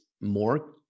more